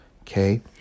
Okay